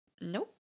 nope